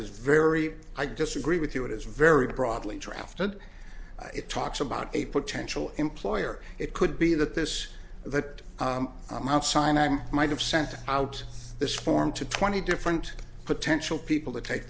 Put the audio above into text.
is very i disagree with you it is very broadly drafted it talks about a potential employer it could be that this that i'm out sign i might have sent out this form to twenty different potential people to take